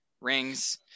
rings